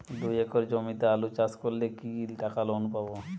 দুই একর জমিতে আলু চাষ করলে কি টাকা লোন পাবো?